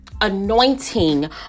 anointing